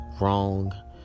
wrong